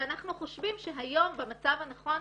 ואנחנו חושבים שהיום במצב הנכון,